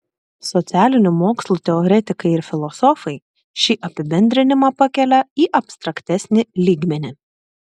socialinių mokslų teoretikai ir filosofai šį apibendrinimą pakelia į abstraktesnį lygmenį